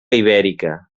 ibèrica